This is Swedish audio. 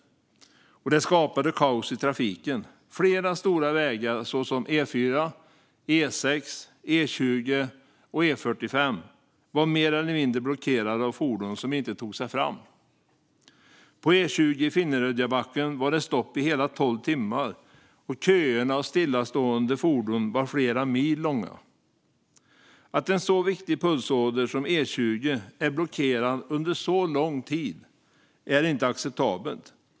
Det skapade kaos i trafiken. Flera stora vägar såsom E4, E6, E20 och E45 var mer eller mindre blockerade av fordon som inte tog sig fram. På E20 var det i Finnerödjabacken stopp i hela tolv timmar. Köerna av stillastående fordon var flera mil långa. Att en så viktig pulsåder som E20 är blockerad under så lång tid är inte acceptabelt.